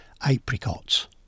apricots